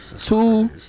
Two